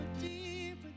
deeper